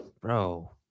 Bro